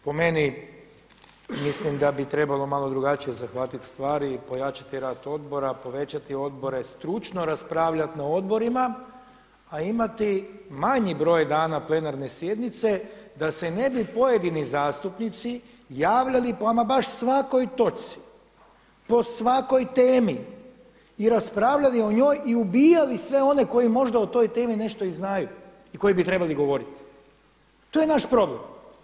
Po meni mislim da bi trebalo malo drugačije zahvatit stvari, pojačati rad odbora, povećati odbore, stručno raspravljati na odborima, a imati manji broj dana plenarne sjednice da se ne bi pojedini zastupnici javljali po ama baš svakoj točci, po svakoj temi i raspravljali o njoj i ubijali sve one koji možda o toj temi nešto i znaju i koji bi trebali govoriti, to je naš problem.